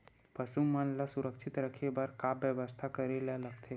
पशु मन ल सुरक्षित रखे बर का बेवस्था करेला लगथे?